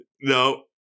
No